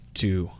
two